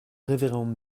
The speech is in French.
révérende